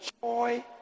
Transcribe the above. joy